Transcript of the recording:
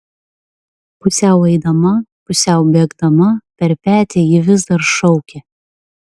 pusiau eidama pusiau bėgdama per petį ji vis dar šaukė